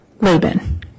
Laban